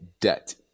debt